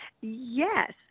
Yes